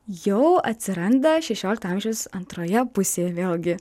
jau atsiranda šešiolikto amžiaus antroje pusėj vėlgi